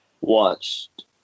watched